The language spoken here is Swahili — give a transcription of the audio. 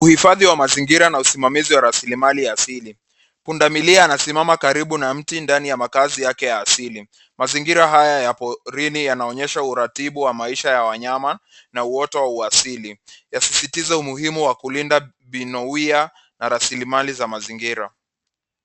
Uhifadhi wa mazingira na usimamizi wa rasilimali ya asili. Pundamilia anasimama karibu na mti ndani ya makazi yake ya asili. Mazingira haya ya porini yanaonyesha uratibu ya maisha ya wanyama na uota wa uasili. Yasisitiza umuhimu wa kulinda vinowia na rasilimali za mazingira.